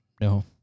no